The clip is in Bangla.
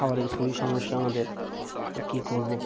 খাবারের খুবই সমস্যা আমাদের কী করব